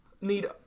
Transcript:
need